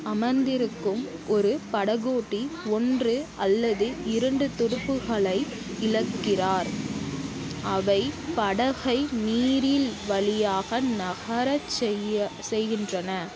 அமர்ந்திருக்கும் ஒரு படகோட்டி ஒன்று அல்லது இரண்டு துடுப்புகளை இழக்கிறார் அவை படகை நீரில் வழியாக நகரச் செய்ய செய்கின்றன